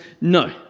No